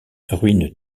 ruine